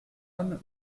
homme